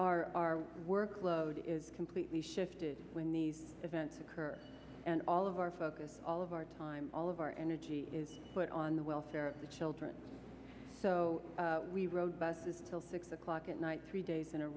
home our workload is completely shifted when these events occur and all of our focus all of our time all of our energy is put on the welfare of the children so we wrote about six o'clock at night three days in a